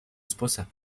esposa